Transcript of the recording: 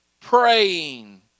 praying